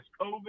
COVID